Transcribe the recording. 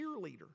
cheerleader